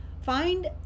Find